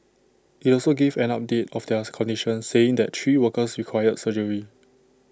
IT also gave an update of their condition saying that three workers required surgery